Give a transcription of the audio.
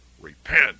Repent